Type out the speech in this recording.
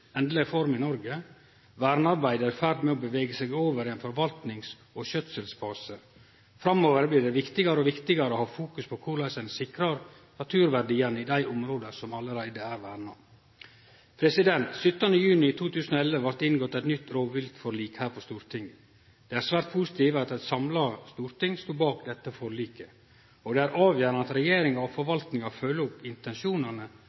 form i Noreg. Vernearbeidet er i ferd med å bevege seg over i ein forvaltings- og skjøtselsfase. Framover blir det viktigare og viktigare å ha fokus på korleis ein sikrar naturverdiane i dei områda som allereie er verna. 17. juni 2011 blei det inngått eit nytt rovviltforlik her på Stortinget. Det er svært positivt at eit samla storting stod bak dette forliket, og det er avgjerande at regjeringa og forvaltinga følgjer opp intensjonane